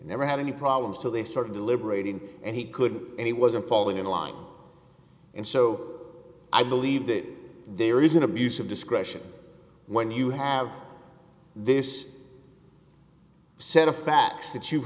never had any problems to they started deliberating and he couldn't and he wasn't falling in line and so i believe that there is an abuse of discretion when you have this set of facts that you've